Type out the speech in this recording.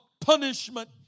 punishment